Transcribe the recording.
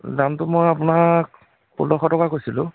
দামটো মই আপোনাক ষোল্লশ টকা কৈছিলোঁ